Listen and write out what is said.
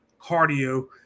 cardio